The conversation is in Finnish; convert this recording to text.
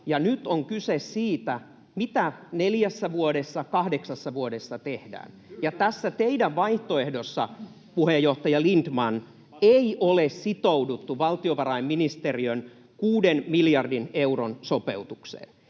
nyt on kyse siitä, mitä neljässä vuodessa, kahdeksassa vuodessa tehdään. Tässä teidän vaihtoehdossanne, puheenjohtaja Lindtman, ei ole sitouduttu valtiovarainministeriön kuuden miljardin euron sopeutukseen.